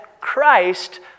Christ